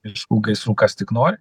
miškų gaisrų kas tik nori